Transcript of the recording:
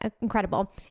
Incredible